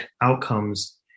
outcomes